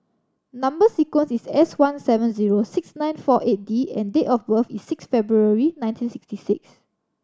number sequence is S one seven zero six nine four eight D and date of birth is six February nineteen sixty six